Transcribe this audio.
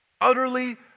Utterly